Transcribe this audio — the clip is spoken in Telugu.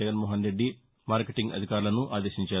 జగన్మోహన్రెద్ది మార్కెటింగ్ శాఖ అధికారులను ఆదేశించారు